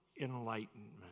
enlightenment